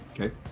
Okay